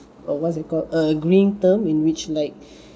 uh what's it called agreeing term in which like